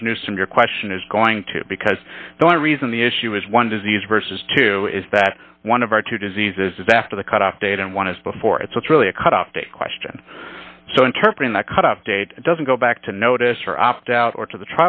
judge newsome your question is going to because the reason the issue is one disease versus two is that one of our two diseases is after the cutoff date and one is before it's really a cutoff date question so interpret that cutoff date doesn't go back to notice or opt out or to the